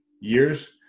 years